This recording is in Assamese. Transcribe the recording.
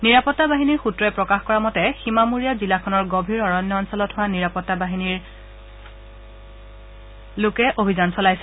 নিৰাপত্তাবাহিনীৰ সূত্ৰই প্ৰকাশ কৰা মতে সীমামূৰীয়া জিলাখনৰ গভীৰ অৰণ্য অঞ্চলত হোৱা নিৰাপত্তাবাহিনীৰ লোকে অভিযান চলাইছে